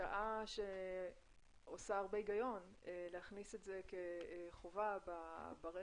להצעה שעושה הרבה הגיון להכניס את זה כחובה ברכש